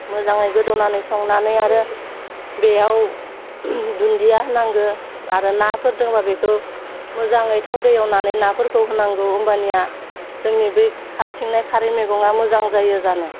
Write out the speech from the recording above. मोजाङै गोदौनानै संनानै आरो बेयाव दुन्दिया होनांगो आरो नाफोर दङबा बेखौ मोजाङै थावदो एवनानै नाफोरखौ होनांगौ होमबानिया जोंनि बे खारथिंनाय खारै मैगङा मोजां जायो जानो